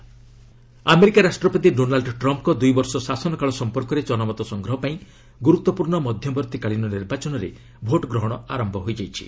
US mid term poll America ରାଷ୍ଟ୍ରପତି Donald ଟ୍ରମ୍ଫ୍ଙ୍କ ଦୁଇ ବର୍ଷ ଶାସନକାଳ ସମ୍ପର୍କରେ ଜନମତ ସଂଗ୍ରହ ପାଇଁ ଗୁରୁତ୍ୱପୂର୍ଣ୍ଣ ମଧ୍ୟବର୍ତ୍ତୀକାଳୀନ ନିର୍ବାଚନରେ ଭୋଟଗ୍ରହଣ ଆରମ୍ଭ ହୋଇଛି